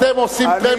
אתם עושים טרמפ,